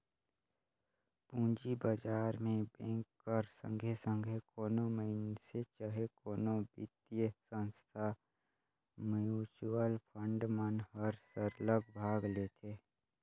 पूंजी बजार में बेंक कर संघे संघे कोनो मइनसे चहे कोनो बित्तीय संस्था, म्युचुअल फंड मन हर सरलग भाग लेथे